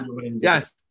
yes